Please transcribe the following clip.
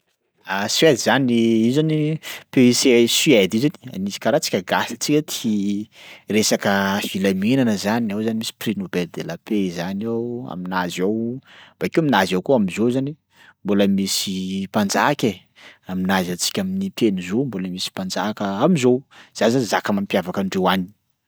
Suède zany io zany pays Suè- Suède io zany misy karaha antsika gasy tsika tia resaka filaminana zany, ao zany misy prix nobel de la paix zany ao ao aminazy ao. Bakeo aminazy ao koa am'zao zany mbola misy mpanjaka e, aminazy ansika miteny zao mbola misy mpanjaka am'zao, zany zany zaka mampiavaka andreo any.